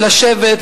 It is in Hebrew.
לשבת,